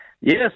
Yes